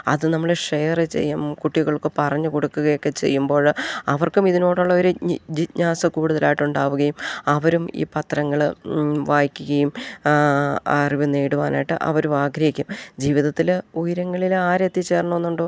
അതു നമ്മൾ ഷെയർ ചെയ്യും കുട്ടികൾക്ക് പറഞ്ഞു കൊടുക്കുകയൊക്കെ ചെയ്യുമ്പോൾ അവർക്കും ഇതിനോടുള്ള ഒരു ജിജ്ഞാസ കൂടുതലായിട്ടുണ്ടാകുകയും അവരും ഈ പത്രങ്ങൾ വായിക്കുകയും അറിവ് നേടുവാനായിട്ട് അവരും ആഗ്രഹിക്കും ജീവിതത്തിൽ ഉയരങ്ങളിൽ ആരെ എത്തിച്ചേരണമെന്നുണ്ടോ